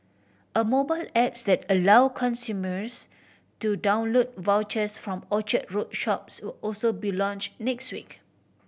a mobile app that allow consumers to download vouchers from Orchard Road shops will also be launch next week